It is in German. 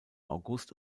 august